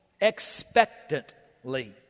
expectantly